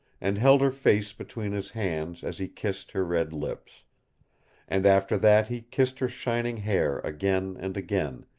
and held her face between his hands as he kissed her red lips and after that he kissed her shining hair again and again,